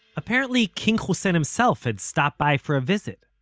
apparently king hussein himself had stopped by for a visit.